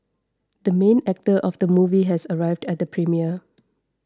the main actor of the movie has arrived at the premiere